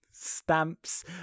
stamps